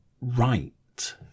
right